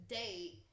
date